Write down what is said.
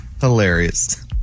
hilarious